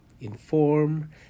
inform